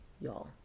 Y'all